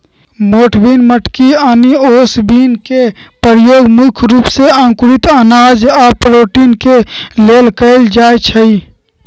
मोठ बिन मटकी आनि ओस बिन के परयोग मुख्य रूप से अंकुरित अनाज आ प्रोटीन के लेल कएल जाई छई